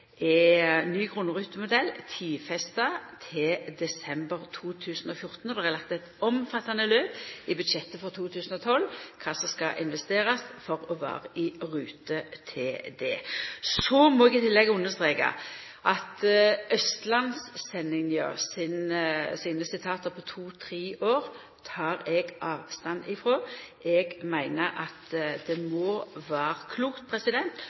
lagt eit omfattande løp i budsjettet for 2012 for kva som skal investerast for å vera i rute til det. Eg må i tillegg understreka at sitatet frå Østlandssendinga, om to–tre år forseinking, tek eg avstand frå. Eg meiner det må vera klokt